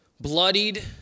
bloodied